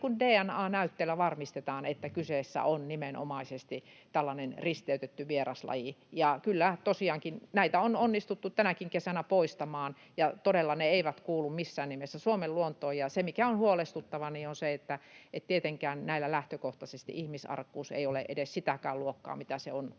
DNA-näytteillä varmistetaan, että kyseessä on nimenomaisesti tällainen risteytetty vieraslaji. Kyllä tosiaankin näitä on onnistuttu tänäkin kesänä poistamaan. Todella ne eivät kuulu missään nimessä Suomen luontoon. Se, mikä on huolestuttavaa, on se, että tietenkään näillä lähtökohtaisesti ihmisarkuus ei ole edes sitäkään luokkaa, mitä se on